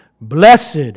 Blessed